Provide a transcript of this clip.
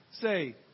say